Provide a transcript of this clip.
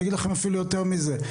אני אגיד לכם אפילו יותר מזה,